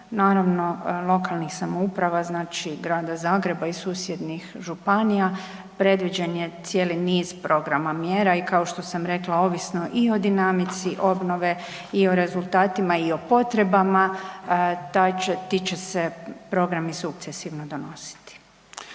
naravno lokalnih samouprava Grada Zagreba i susjednih županija. Predviđen je cijeli niz programa i mjera i kao što sam rekla ovisno i o dinamici obnove i o rezultatima, i o potrebama ti će se programi sukcesivno donositi.